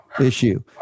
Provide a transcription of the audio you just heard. issue